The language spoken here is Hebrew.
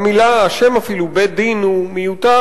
אפילו השם בית-דין הוא מיותר,